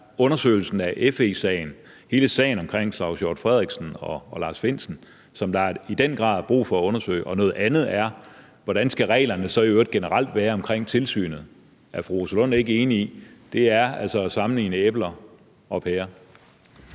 undersøgelsen af FE-sagen, hele sagen om Claus Hjort Frederiksen og Lars Findsen, som der i den grad er brug for at undersøge, men noget andet er, hvordan reglerne så i øvrigt generelt skal være omkring tilsynet. Er fru Rosa Lund ikke enig i, at det altså er at sammenligne æbler med